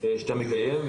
שאתה מקיים.